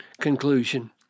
conclusion